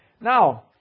Now